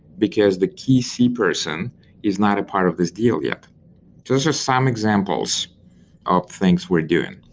because the key c-person is not a part of this deal. yeah those are some example so of things we're doing.